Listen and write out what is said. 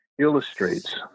illustrates